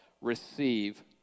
receive